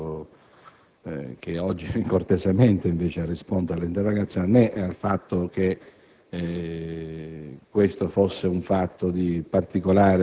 critica né al Sottosegretario, che oggi cortesemente, invece, risponde all'interrogazione, né al fatto che